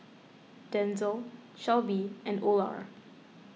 Denzel Shelbie and Olar